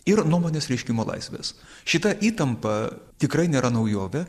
ir nuomonės reiškimo laisvės šita įtampa tikrai nėra naujovė